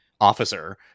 officer